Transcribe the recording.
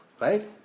right